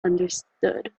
understood